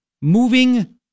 moving